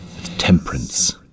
temperance